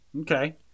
Okay